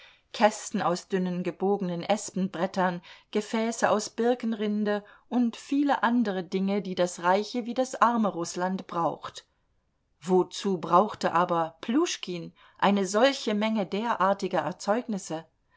kästen aus dünnen gebogenen espenbrettern gefäße aus birkenrinde und viele andere dinge die das reiche wie das arme rußland braucht wozu brauchte aber pljuschkin eine solche menge derartiger erzeugnisse